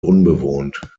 unbewohnt